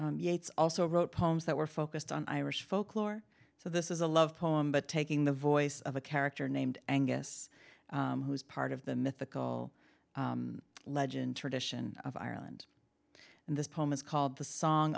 yeats also wrote poems that were focused on irish folklore so this is a love poem but taking the voice of a character named angus who is part of the mythical legend tradition of ireland and this poem is called the song